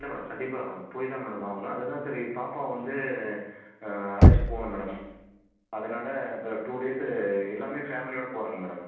இல்லை மேடம் கண்டிப்பாக போய்தான் மேடம் ஆகணும் அதுதான் சரி பாப்பா வந்து அழைச்சிட்டுப் போகணும் மேடம் அதனால் இப்போ டூ டேஸு எல்லாமே ஃபேமிலியோட போறங்க மேடம்